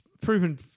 proven